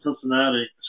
Cincinnati